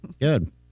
Good